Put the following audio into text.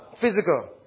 Physical